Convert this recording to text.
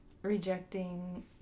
rejecting